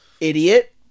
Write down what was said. idiot